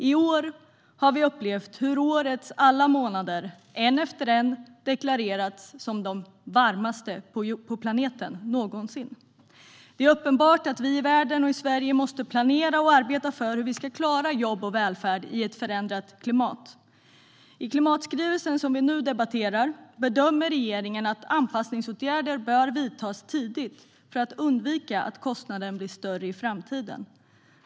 I år har vi upplevt hur årets alla månader, en efter en, har deklarerats som de varmaste på planeten någonsin. Det är uppenbart att vi i världen och i Sverige måste planera och arbeta för hur vi ska klara jobb och välfärd i ett förändrat klimat. I klimatskrivelsen som vi nu debatterar bedömer regeringen att anpassningsåtgärder bör vidtas tidigt för att undvika att kostnaden blir större i framtiden.